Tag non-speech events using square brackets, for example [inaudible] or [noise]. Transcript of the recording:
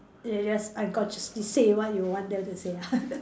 they just I got just to say what you want them to say [laughs]